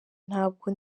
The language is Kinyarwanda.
ntabwo